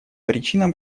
причинам